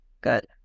Good